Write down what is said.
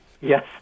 yes